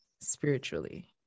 spiritually